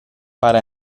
para